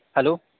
hello